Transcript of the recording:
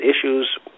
issues